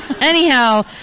Anyhow